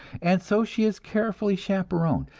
and so she is carefully chaperoned,